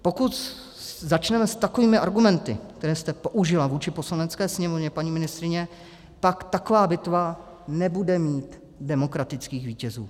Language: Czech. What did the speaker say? Pokud začneme s takovými argumenty, které jste použila vůči Poslanecké sněmovně, paní ministryně, pak taková bitva nebude mít demokratických vítězů.